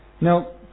Now